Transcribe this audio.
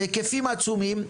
בהיקפים עצומים,